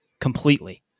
completely